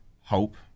Hope